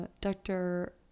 Dr